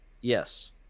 Yes